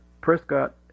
Prescott